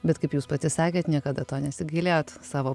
bet kaip jūs pati sakėt niekada to nesigailėjot savo